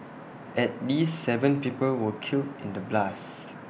at least Seven people were killed in the blasts